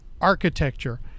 Architecture